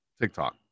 TikTok